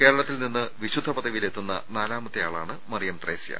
കേരളത്തിൽ നിന്ന് വിശുദ്ധ പദവിയിലെത്തുന്ന നാലാമത്തെ ആളാണ് മറിയം ത്രേസ്യ